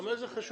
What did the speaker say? מה זה חשוב?